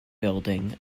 building